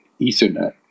Ethernet